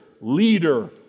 leader